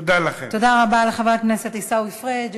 תודה רבה לחבר הכנסת עיסאווי פריג'.